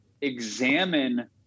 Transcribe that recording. examine